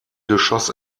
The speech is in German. geschoss